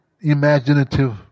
imaginative